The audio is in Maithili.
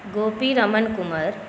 गोपी रमण कुमर